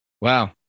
wow